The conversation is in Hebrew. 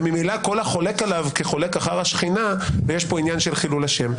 וממילא כל החולק עליו כחולק אחר השכינה ויש פה עניין של חילול השם.